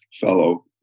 fellow